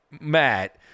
Matt